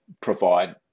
provide